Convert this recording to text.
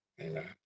Amen